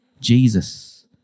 Jesus